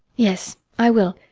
yes, i will.